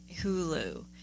Hulu